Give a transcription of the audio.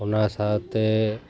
ᱚᱱᱟ ᱥᱟᱶᱛᱮ